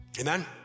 Amen